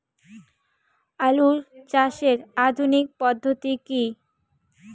আলু চাষের আধুনিক পদ্ধতি কি?